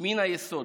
מן היסוד.